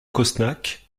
cosnac